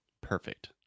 Perfect